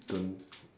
don't